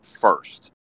first